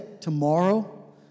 tomorrow